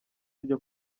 ryo